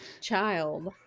child